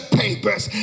papers